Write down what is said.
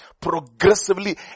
progressively